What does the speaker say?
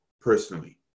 personally